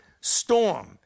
storm